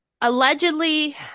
allegedly